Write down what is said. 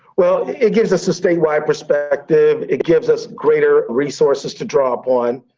well, it gives us a statewide perspective. it gives us greater resources to draw upon.